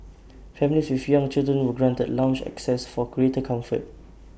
families with young children were granted lounge access for greater comfort